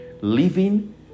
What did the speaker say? living